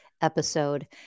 episode